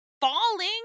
falling